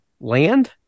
land